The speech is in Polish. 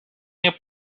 nie